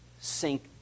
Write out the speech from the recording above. sink